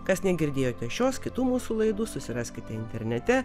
kas negirdėjote šios kitų mūsų laidų susiraskite internete